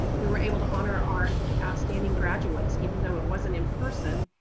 we were able to honor our outstanding graduates even though it wasn't in person.